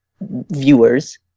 viewers